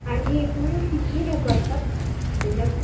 आणि एकूण किती लोक असतात त्याच्यात